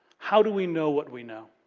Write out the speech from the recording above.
how do we know what we know?